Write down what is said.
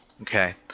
Okay